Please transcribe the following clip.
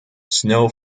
snow